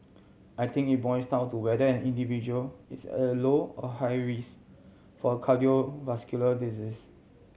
I think it boils down to whether an individual is at low or high risk for cardiovascular disease